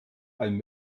ein